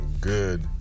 good